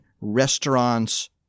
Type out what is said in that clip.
restaurants